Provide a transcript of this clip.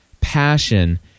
passion